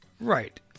right